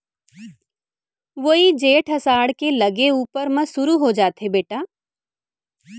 वोइ जेठ असाढ़ के लगे ऊपर म सुरू हो जाथे बेटा